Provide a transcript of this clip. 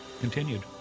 continued